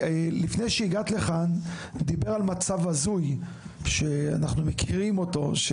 לפני שהגעת לכאן דובר על מצב הזוי שאנחנו מכירים אותו,